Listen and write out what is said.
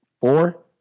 four